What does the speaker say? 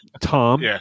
Tom